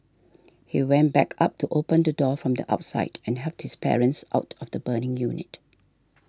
he went back up to open the door from the outside and helped his parents out of the burning unit